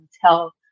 tell